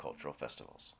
cultural festivals